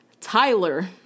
Tyler